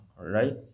right